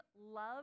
love